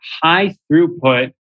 high-throughput